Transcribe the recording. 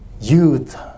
youth